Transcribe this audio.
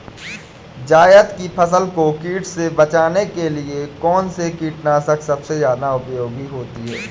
जायद की फसल को कीट से बचाने के लिए कौन से कीटनाशक सबसे ज्यादा उपयोगी होती है?